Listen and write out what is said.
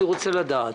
אני רוצה לדעת.